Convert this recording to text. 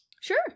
sure